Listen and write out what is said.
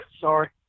Sorry